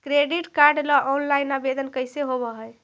Credit card ल online आवेदन कैसे होब है?